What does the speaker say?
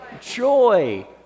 Joy